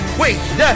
wait